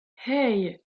hey